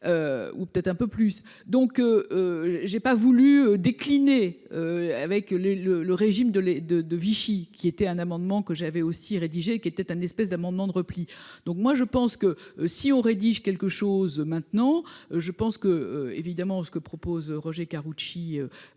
Ou peut-être un peu plus donc. J'ai pas voulu décliner. Avec les, le, le régime de l'les de de Vichy qui était un amendement que j'avais aussi rédigé qui était un espèce d'amendements de repli. Donc moi je pense que si on rédige quelque chose maintenant, je pense que évidemment ce que propose Roger Karoutchi.